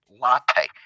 latte